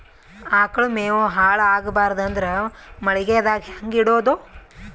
ಆಕಳ ಮೆವೊ ಹಾಳ ಆಗಬಾರದು ಅಂದ್ರ ಮಳಿಗೆದಾಗ ಹೆಂಗ ಇಡೊದೊ?